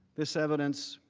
this evidence